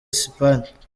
esipanye